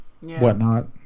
whatnot